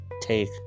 take